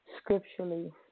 scripturally